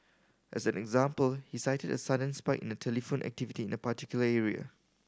as an example he cited a sudden spike in the telephone activity in a particular area